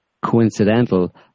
coincidental